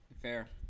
Fair